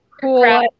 cool